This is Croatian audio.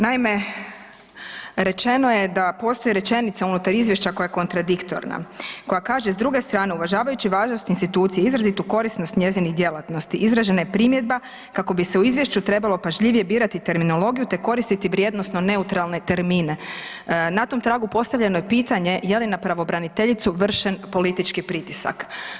Naime, rečeno je da postoji rečenica unutar Izvješća koja je kontradiktorna, koja kaže „s druge strane uvažavajući važnost institucije, izrazitu korisnost njezinih djelatnosti, izražena je primjedba kako bi se u Izvješću trebalo pažljivije birati terminologiju te koristiti vrijednosno neutralne termine“, na tom tragu postavljeno je pitanje je li na pravobraniteljicu vršen politički pritisak?